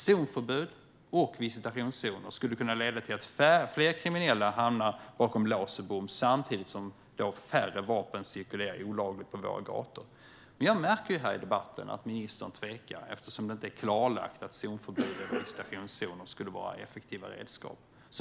Zonförbud och visitationszoner skulle kunna leda till att fler kriminella hamnar bakom lås och bom samtidigt som färre vapen cirkulerar olagligt på våra gator. Men jag märker här i debatten att ministern tvekar eftersom det inte är klarlagt att zonförbud eller visitationszoner skulle vara effektiva redskap.